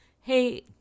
Hey